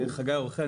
חגי אור חן,